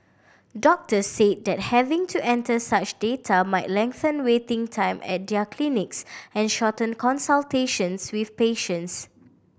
doctors said that having to enter such data might lengthen waiting time at their clinics and shorten consultations with patients